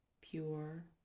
pure